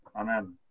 Amen